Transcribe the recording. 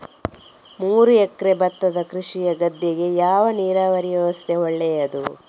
ಮೂರು ಎಕರೆ ಭತ್ತದ ಕೃಷಿಯ ಗದ್ದೆಗೆ ಯಾವ ನೀರಾವರಿ ವ್ಯವಸ್ಥೆ ಒಳ್ಳೆಯದು?